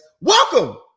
Welcome